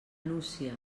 nucia